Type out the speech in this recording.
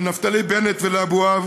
לנפתלי בנט ולאבוהב